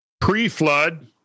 Pre-flood